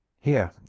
Here